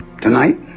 Tonight